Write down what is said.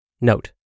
Note